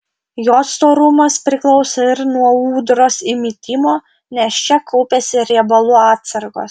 jos storumas priklauso ir nuo ūdros įmitimo nes čia kaupiasi riebalų atsargos